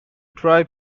try